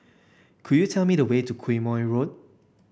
could you tell me the way to Quemoy Road